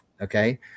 okay